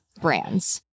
brands